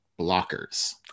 Blockers